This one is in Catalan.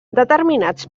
determinats